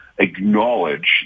acknowledge